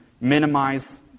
minimize